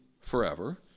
forever